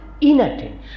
inattention